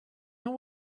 know